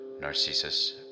Narcissus